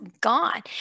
gone